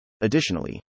Additionally